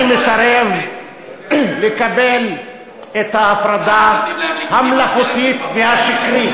אני מסרב לקבל את ההפרדה המלאכותית והשקרית.